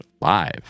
live